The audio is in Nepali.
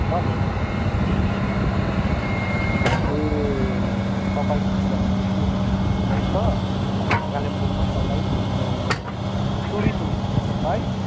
हलो ए तपाईँ भनेपछि टुरिस्ट हुनु हुँदोरहेछ कालिम्पोङमा तपाईँ घुम्नु आउनुहुने टुरिस्ट हुनुहुन्छ तपाईँ